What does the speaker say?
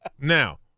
Now